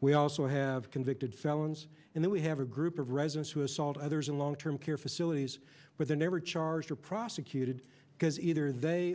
we also have convicted felons and then we have a group of residents who assault others in long term care facilities with a never charged or prosecuted because either they